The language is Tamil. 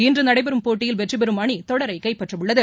இன்றுநடைபெறும் போட்டியில் வெற்றிபெறும் அணிதொடரைகைப்பற்றவுள்ளது